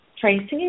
Tracy